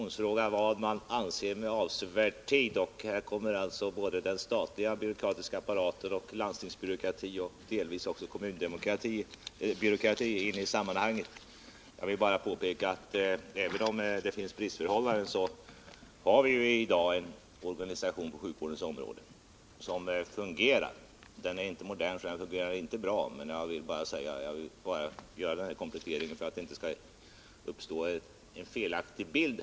Herr talman! Vad som avses med avsevärd tid är ju en definitionsfråga. Här kommer såväl den statliga byråkratiska apparaten som landstingens byråkrati och kommunbyråkratin in i sammanhanget. Jag vill bara påpeka att även om det finns bristförhållanden, så har vi i dag en organisation på sjukvårdens område som fungerar. Den är inte modern, och den fungerar inte bra, men jag vill ändå göra denna komplettering för att det inte skall uppstå en felaktig bild.